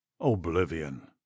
oblivion